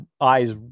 eyes